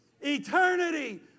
Eternity